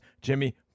Jimmy